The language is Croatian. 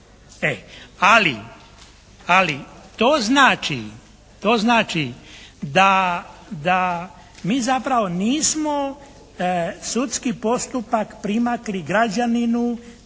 Ali, to znači da mi zapravo nismo sudski postupak primakli građaninu